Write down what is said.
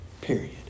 Period